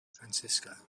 francisco